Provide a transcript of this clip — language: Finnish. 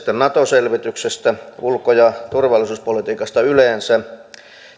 nato selvityksestä ulko ja turvallisuuspolitiikasta yleensä